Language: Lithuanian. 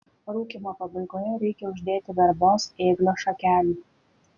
rūkymo pabaigoje reikia uždėti verbos ėglio šakelių